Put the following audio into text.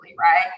right